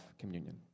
communion